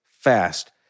fast